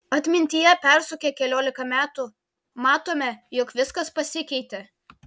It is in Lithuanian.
atmintyje persukę keliolika metų matome jog viskas pasikeitė